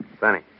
Benny